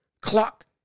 clock